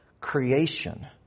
creation